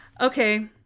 okay